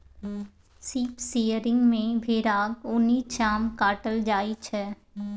sheep shearing मे भेराक उनी चाम काटल जाइ छै